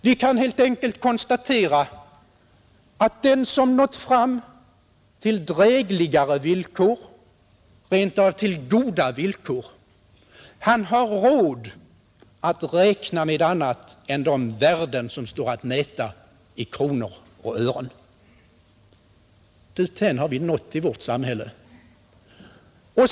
Vi kan helt enkelt konstatera att den som nått fram till drägligare villkor, rent av till goda villkor, han har råd att räkna med annat än de värden som går att mäta i kronor och ören. Dithän har vi nått i vårt samhälle.